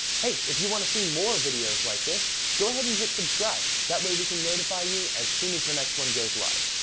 hey, if you wanna see more videos like this, go ahead and hit subscribe, that way we can notify you as soon as the next one goes live.